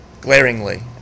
glaringly